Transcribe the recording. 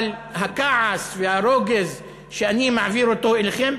אבל הכעס והרוגז שאני מעביר אליכם,